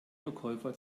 verkäufer